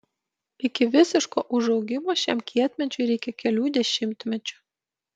iki visiško užaugimo šiam kietmedžiui reikia kelių dešimtmečių